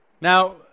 now